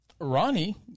Ronnie